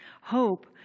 Hope